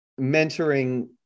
mentoring